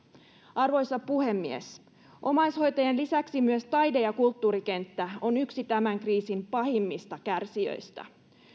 arvoisa puhemies omaishoitajien lisäksi taide ja kulttuurikenttä on yksi tämän kriisin pahimmista kärsijöistä